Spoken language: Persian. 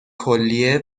کلیه